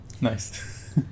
Nice